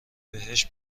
بهشت